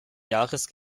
jahres